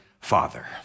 father